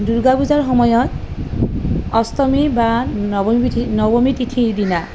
দুৰ্গা পূজাৰ সময়ত অষ্টমী বা নৱমী নৱমী তিথিৰ দিনা